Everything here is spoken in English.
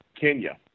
Kenya